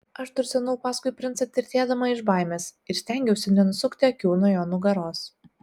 aš tursenau paskui princą tirtėdama iš baimės ir stengiausi nenusukti akių nuo jo nugaros